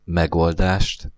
megoldást